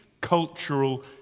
cultural